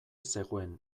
zegoen